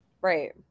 right